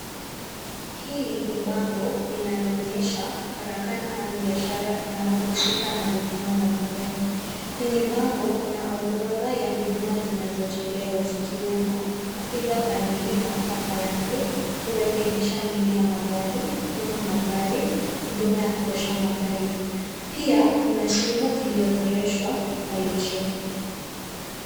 Hili ni bango linaloonyesha karakana au biashara inayohusika na huduma za magari. Kwenye bango kuna orodha ya huduma zinazotolewa zikiwemo kupiga paneli na kupaka rangi, kurekebisha miili ya gari, kupima magari, huduma ya kuosha magari. Pia kuna simu iliyoorodheshwa pale chini.